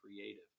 creative